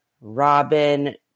Robin